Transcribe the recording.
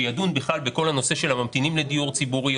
שידון בכל הנושא של הממתינים לדיור ציבורי.